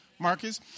Marcus